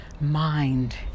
mind